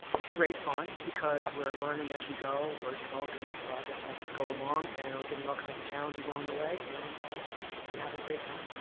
it's great fun because we're learning as we go, we're developing this project as we go along, and we're getting all kinds of challenges along the way and we're having a great time,